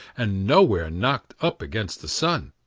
and nowhere knocked up against the sun.